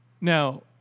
Now